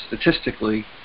statistically